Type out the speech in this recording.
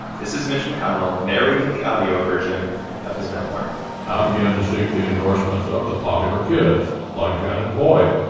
this is mitch mcconnell narrating the audio version of his memoir i ah began to seek the endorsements of the popular kids like janet boyd,